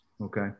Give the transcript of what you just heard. okay